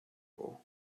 for